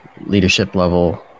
leadership-level